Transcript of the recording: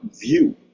view